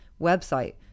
website